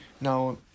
Now